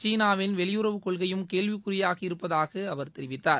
சீனாவில் வெளியுறவுக் கொள்கையும் கேள்வி குறியாகி இருப்பதாக அவர் தெரிவித்தார்